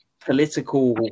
political